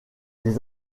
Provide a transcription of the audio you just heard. des